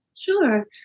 Sure